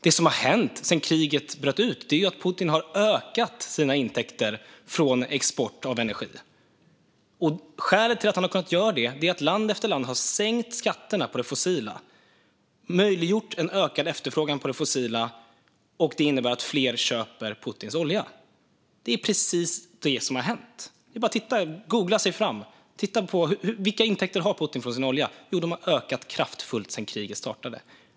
Det som har hänt sedan kriget bröt ut är ju att Putin har ökat sina intäkter från export av energi. Skälet till att han har kunnat göra det är att land efter land har sänkt skatterna på det fossila och möjliggjort en ökad efterfrågan på det fossila. Det innebär att fler köper Putins olja. Det är precis det som har hänt. Det är bara att googla sig fram och titta på vilka intäkter Putin har från sin olja. De har ökat kraftfullt sedan kriget startade.